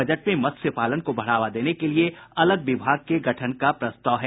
budget में मत्स्यपालन को बढ़ावा देने के लिए अलग विभाग के गठन का प्रस्ताव किया गया है